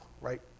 right